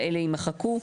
יימחקו.